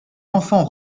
enfant